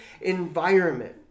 environment